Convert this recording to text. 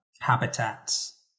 habitats